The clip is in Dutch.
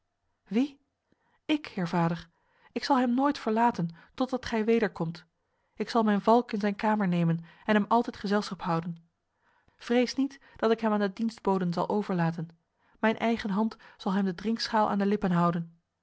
wie ik heer vader ik zal hem nooit verlaten totdat gij wederkomt ik zal mijn valk in zijn kamer nemen en hem altijd gezelschap houden vrees niet dat ik hem aan de dienstboden zal overlaten mijn eigen hand zal hem de drinkschaal aan de lippen houden